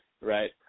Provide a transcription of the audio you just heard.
Right